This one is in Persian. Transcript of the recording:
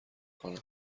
کنم